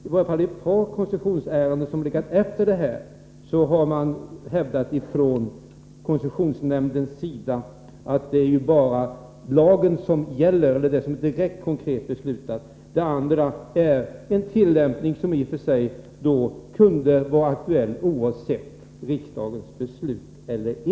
I varje fall i ett par koncessionsärenden som kommit efter detta har koncessionsnämnden hävdat att det som gäller bara är lagen, det som är direkt, konkret beslutat — det andra är en tillämpning som i och för sig kunde vara aktuell oavsett riksdagens beslut.